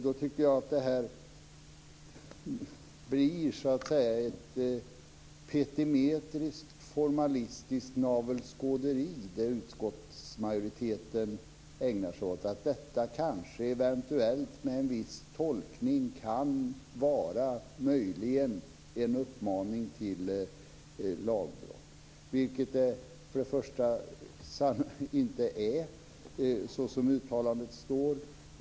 Då tycker jag att det utskottsmajoriteten ägnar sig åt blir ett petimäteraktigt och formalistiskt navelskåderi: Kanske, eventuellt, med en viss tolkning kan detta möjligen vara en uppmaning till lagbrott. Först och främst är det inte det, såsom uttalandet står.